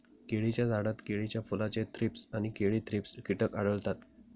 केळीच्या झाडात केळीच्या फुलाचे थ्रीप्स आणि केळी थ्रिप्स कीटक आढळतात